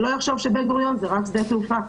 שלא יחשוב שבן-גוריון זה רק שדה תעופה.